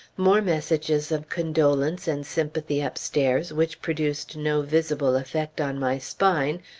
more messages of condolence and sympathy upstairs, which produced no visible effect on my spine,